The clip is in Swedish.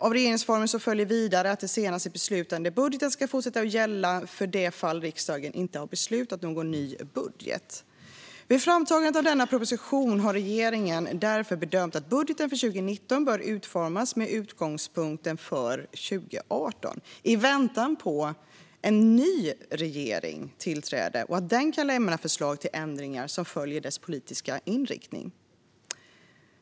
Av regeringsformen följer vidare att den senaste beslutade budgeten ska fortsätta att gälla för det fall riksdagen inte har beslutat om en ny budget. Vid framtagandet av denna proposition har regeringen därför bedömt att budgeten för 2019 bör utformas med utgångspunkt i budgeten för 2018, i väntan på att en ny regering tillträder och kan lämna de förslag till ändringar som följer av dess politiska inriktning.